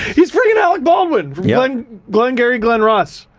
he's friggin alec baldwin from yeah and glengarry glen ross.